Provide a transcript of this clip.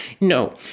No